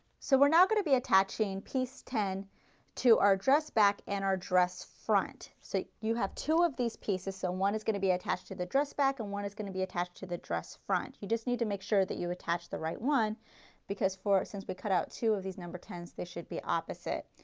so we are not going to be attaching piece ten to our dress back and our dress front. so you have two of these pieces, so one is going to be attached to the dress back and one is going to be attached to the dress front. you just need to make sure that you attach the right one because for, since we cut out two of these number tens, they should be opposite.